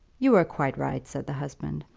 you were quite right, said the husband.